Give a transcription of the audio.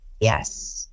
Yes